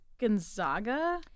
Gonzaga